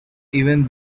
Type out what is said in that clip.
even